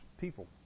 people